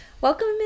Welcome